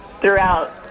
throughout